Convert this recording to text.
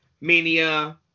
Mania